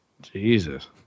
Jesus